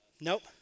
Nope